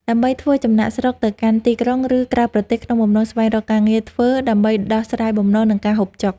ដើម្បីធ្វើចំណាកស្រុកទៅកាន់ទីក្រុង ឬក្រៅប្រទេសក្នុងបំណងស្វែងរកការងារធ្វើដើម្បីដោះស្រាយបំណុល និងការហូបចុក។